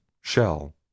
shell